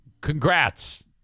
Congrats